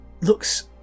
looks